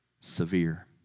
severe